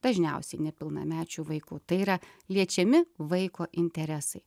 dažniausiai nepilnamečiu vaiku tai yra liečiami vaiko interesai